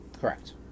Correct